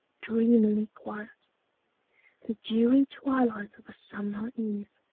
dreamily quiet the dewy twilight of a summer eve.